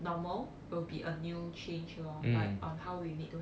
normal will be a new change lor on how we need